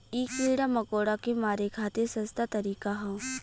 इ कीड़ा मकोड़ा के मारे खातिर सस्ता तरीका हौ